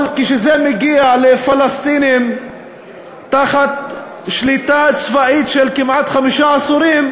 אבל כשזה מגיע לפלסטינים תחת שליטה צבאית של כמעט חמישה עשורים,